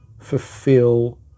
fulfill